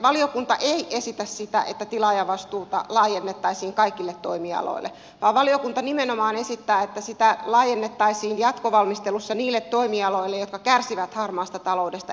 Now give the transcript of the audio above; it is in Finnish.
valiokunta ei esitä sitä että tilaajavastuuta laajennettaisiin kaikille toimialoille vaan valiokunta nimenomaan esittää että sitä laajennettaisiin jatkovalmistelussa niille toimialoille jotka kärsivät harmaasta taloudesta erityisesti